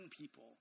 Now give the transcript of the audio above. people